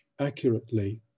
accurately